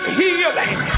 healing